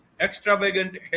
extravagant